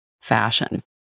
fashion